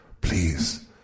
Please